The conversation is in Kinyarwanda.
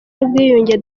n’ubwiyunge